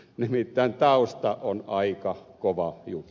nimittäin tausta on aika kova juttu